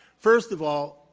first of all,